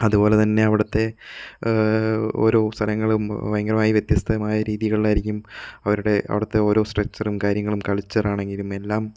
അതുപോലെതന്നെ അവിടുത്തെ ഓരോ സ്ഥലങ്ങളും ഭയങ്കരമായി വ്യത്യസ്തമായ രീതികളിലായിരിക്കും അവരുടെ അവിടുത്തെ ഓരോ സ്ട്രക്ച്ചറും കാര്യങ്ങളും കൾച്ചറാണെങ്കിലും എല്ലാം